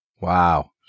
Wow